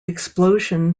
explosion